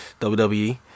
WWE